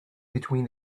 between